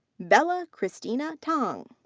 bela cristina tang.